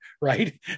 right